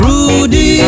Rudy